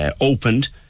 opened